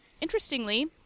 Interestingly